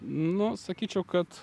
nu sakyčiau kad